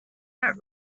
that